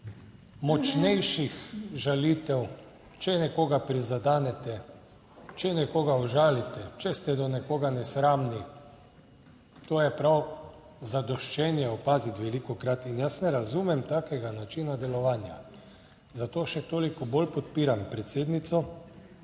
močnejših žalitev, če nekoga prizadenete, če nekoga užalite, če ste do nekoga nesramni. To je prav zadoščenje opaziti velikokrat. In jaz ne razumem takega načina delovanja, zato še toliko bolj podpiram predsednico,